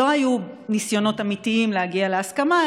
לא היו ניסיונות אמיתיים להגיע להסכמה,